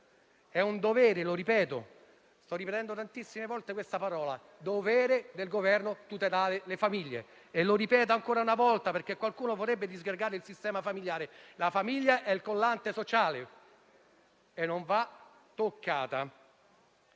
È un dovere, lo ripeto; sto ripetendo tantissime volte questa parola. È un dovere del Governo tutelare le famiglie. E lo ripeto ancora una volta, perché qualcuno vorrebbe disgregare il sistema familiare: la famiglia è il collante sociale e non va toccata,